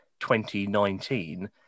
2019